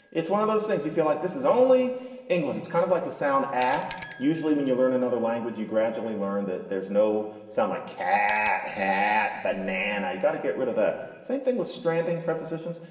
it's one of those things you feel like this is only english. it's kind of like the sound. and usually when you learn another language, you gradually learn that there's no sound like cat had banana you've got to get rid of the same thing with stranding prepositions.